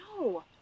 No